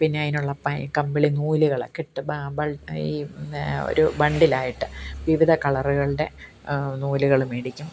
പിന്നെ അതിനുള്ള പൈ കമ്പിളി നൂലുകൾ കിട്ടും ഈ ഒരു ബണ്ടിലായിട്ട് വിവിധ കളറുകളുടെ നൂലുകൾ മേടിക്കും